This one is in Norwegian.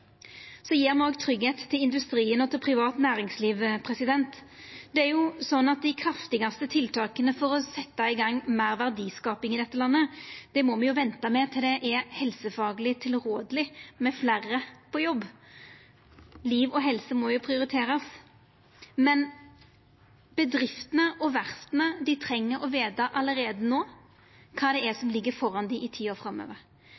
Så gjev me òg tryggleik til industrien og til privat næringsliv. Dei kraftigaste tiltaka for å setja i gang meir verdiskaping i dette landet må me venta med til det er helsefagleg tilrådeleg med fleire på jobb. Liv og helse må jo prioriterast. Men bedriftene og verfta treng å vita allereie no kva som ligg framfor dei i tida framover. Dei må kunna planleggja for investeringar. Det